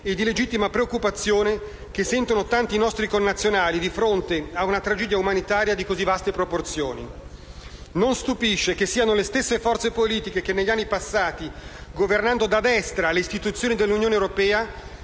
e di legittima preoccupazione, che sentono tanti nostri connazionali, di fronte ad una tragedia umanitaria di così vaste proporzioni. Non stupisce che siano le stesse forze politiche che negli anni passati, governando da destra le istituzioni dell'Unione europea,